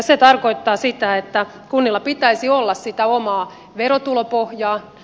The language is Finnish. se tarkoittaa sitä että kunnilla pitäisi olla sitä omaa verotulopohjaa